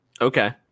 Okay